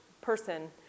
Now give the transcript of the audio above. person